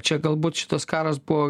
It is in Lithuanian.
čia galbūt šitas karas buvo